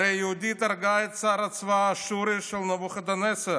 הרי יהודית הרגה את שר הצבא האשורי של נבוכדנצר.